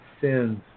sins